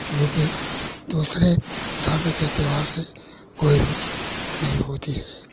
लेकिन दूसरे धर्म के त्यौहार से कोई रुचि नहीं होती है